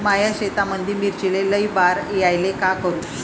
माया शेतामंदी मिर्चीले लई बार यायले का करू?